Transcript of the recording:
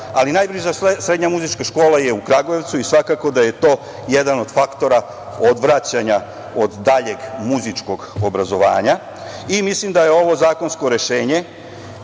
ali najbliža srednja muzička škola je u Kragujevcu i svakako da je to jedan od faktora odvraćanja od daljeg muzičkog obrazovanja. Mislim da je ovo zakonsko rešenje